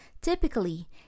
Typically